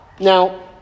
Now